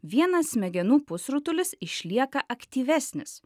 vienas smegenų pusrutulis išlieka aktyvesnis